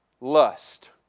lust